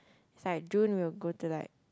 it's like June we will go to like